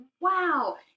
wow